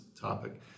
topic